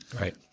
Right